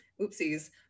oopsies